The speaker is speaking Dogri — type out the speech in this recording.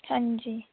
हां जी